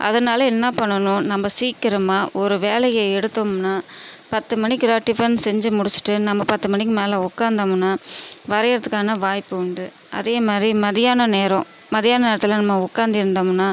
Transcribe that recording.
அதனால் என்ன பண்ணனும் நம்ப சீக்கிரமாக ஒரு வேலையை எடுத்தோம்னா பத்து மணிக்குலாம் டிபன் செஞ்சு முடித்திட்டு நம்ம பத்து மணிக்கு மேலே உட்காந்தம்னா வரையறதுக்கான வாய்ப்பு உண்டு அதே மாதிரி மதியான நேரம் மதியான நேரத்தில் நம்ப உட்காந்து இருந்தோம்னா